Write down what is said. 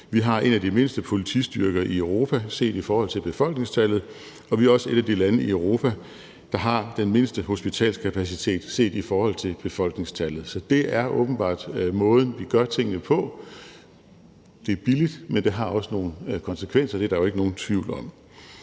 vi har en af de mindste politistyrker i Europa, set i forhold til befolkningstallet, og vi er også et af de lande i Europa, der har den mindste hospitalskapacitet, set i forhold til befolkningstallet, så det er åbenbart måden, vi gør tingene på. Det er billigt, men det har også nogle konsekvenser, det er der jo ikke nogen tvivl om.